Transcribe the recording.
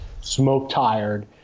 smoke-tired